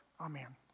Amen